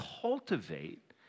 cultivate